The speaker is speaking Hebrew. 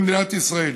במדינת ישראל.